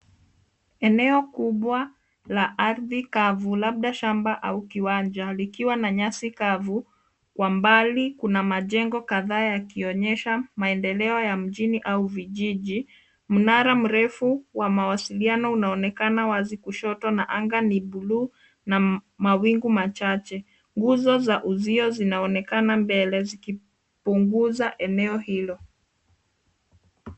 Eneo kubwa la ardhi kavu labda shamba au kiwanja likiwa na nyasi kavu kwa mbali kuna majengo kadhaa yakionyesha maendeleo ya mjini au vijiji. Mnara mrefu wa mawasiliano unaonekana wazi kushoto na anga ni buluu na mawingu machache. Nguzo za uzio zinaonekana mbele zikipunguza eneo hilo.